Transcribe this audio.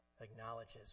acknowledges